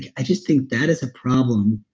i just think that is a problem.